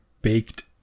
baked